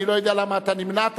אני לא יודע למה אתה נמנעת,